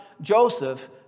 Joseph